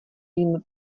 jim